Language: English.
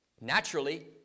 naturally